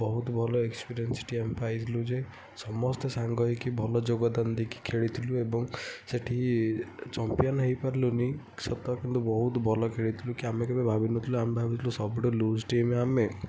ବହୁତ ଭଲ ଏକ୍ସପିରିଏନ୍ସ ସେଠି ଆମେ ପାଇଥିଲୁ ଯେ ସମସ୍ତେ ସାଙ୍ଗ ହେଇକି ଭଲ ଯୋଗଦାନ ଦେଇକି ଖେଳିଥିଲୁ ଏବଂ ସେଠି ଚମ୍ପିୟାନ୍ ହେଇପାରିଲୁନି ସତ କିନ୍ତୁ ବହୁତ ଭଲ ଖେଳିଥିଲୁ କି ଆମେ କେବେ ଭାବିନଥିଲୁ ଆମେ ଭାବିଥିଲୁ ସବୁଠାରୁ ଲୁଜ୍ ଟିମ୍ ଆମେ